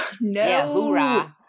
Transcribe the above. No